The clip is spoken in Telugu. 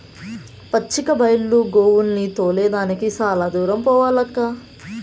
పచ్చిక బైలు గోవుల్ని తోలే దానికి చాలా దూరం పోవాలక్కా